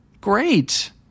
great